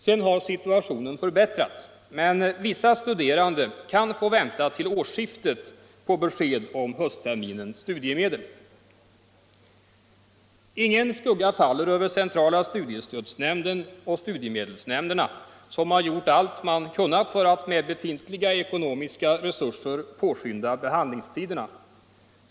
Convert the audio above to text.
Sedan har situationen förbättrats, men vissa studerande kan få vänta till årsskiftet på besked om höstlterminens studiemedel. Ingen skugga faller över centrala studiestödsnämnden och studiemedelsnämnderna,. som har gjort allt man kunnat för att med befintliga ekonomiska resurser förkorta behandlingstiderna.